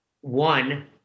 one